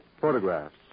Photographs